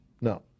No